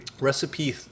recipe